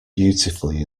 beautifully